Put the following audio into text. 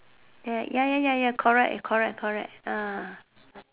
ya ya ya ya ya correct correct correct ah